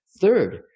Third